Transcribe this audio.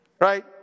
right